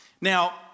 Now